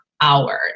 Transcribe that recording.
Hours